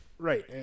Right